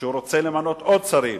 שהוא רוצה למנות עוד שרים